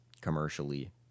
commercially